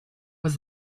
was